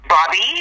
Bobby